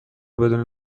بدون